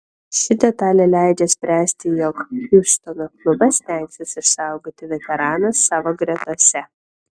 ši detalė leidžia spręsti jog hjustono klubas stengsis išsaugoti veteraną savo gretose